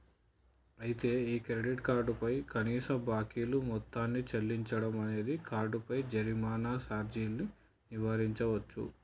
అయితే ఈ credit card పై కనీస బాకీలు మొత్తాన్ని చెల్లించడం అనేది కార్డుపై జరిమానా సార్జీని నివారించవచ్చు